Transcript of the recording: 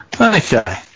Okay